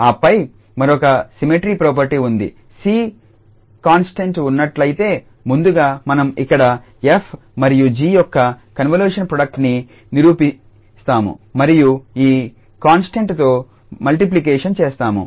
ఆపై మరొక symmetry property ఉంది 𝑐 కాన్స్టెంట్ ఉన్నట్లయితే ముందుగా మనం ఇక్కడ 𝑓 మరియు 𝑔 యొక్క కన్వల్యూషన్ ప్రోడక్ట్ ని నిర్వహిస్తాము మరియు ఈ కాన్స్టెంట్ తో మల్టిప్లికేషన్ చేస్తాను